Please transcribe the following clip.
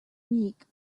week